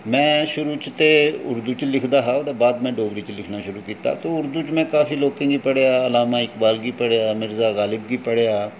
में शुरू च ते उर्दू च लिखदा हा ते ओह्दे बाद में डोगरी च लिखना शुरू कीता तो उर्दू च में काफी लोकें गी पढ़ेआ लामा इकबाल गी पढ़ेआ मिर्जा गालिब गी पढ़ेआ